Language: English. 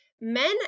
men